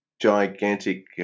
gigantic